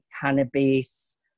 cannabis